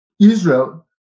Israel